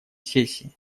сессии